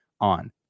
on